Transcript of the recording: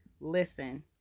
Listen